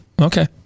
Okay